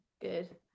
Good